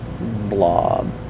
blob